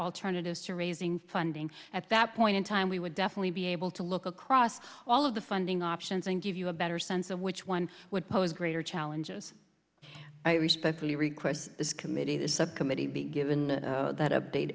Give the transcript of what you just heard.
alternatives to raising funding at that point in time we would definitely be able to look across all of the for ending options and give you a better sense of which one would pose greater challenges i respectfully request this committee this subcommittee be given that update